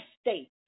state